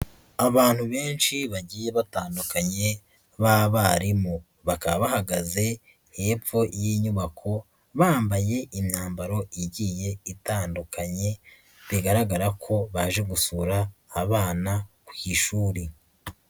Abantu benshi bagiye batandukanye b'abarimu, bakaba bahagaze hepfo y'inyubako, bambaye imyambaro igiye itandukanye bigaragara ko baje gusura abana ku ishuri.